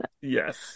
Yes